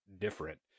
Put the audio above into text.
different